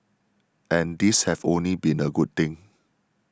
and these have only been a good thing